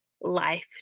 life